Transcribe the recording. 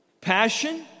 passion